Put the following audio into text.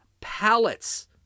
pallets